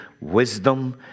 wisdom